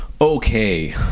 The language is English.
Okay